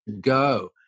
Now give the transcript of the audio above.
go